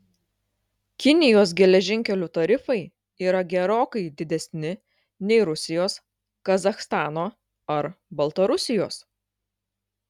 kinijos geležinkelių tarifai yra gerokai didesni nei rusijos kazachstano ar baltarusijos